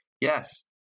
Yes